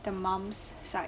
the mum's side